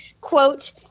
quote